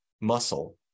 muscle